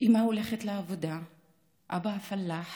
אימא הולכת לעבודה ואבא הפלאח